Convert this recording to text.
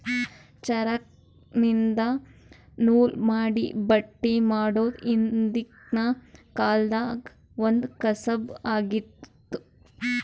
ಚರಕ್ದಿನ್ದ ನೂಲ್ ಮಾಡಿ ಬಟ್ಟಿ ಮಾಡೋದ್ ಹಿಂದ್ಕಿನ ಕಾಲ್ದಗ್ ಒಂದ್ ಕಸಬ್ ಆಗಿತ್ತ್